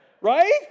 right